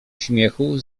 śmiechu